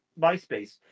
MySpace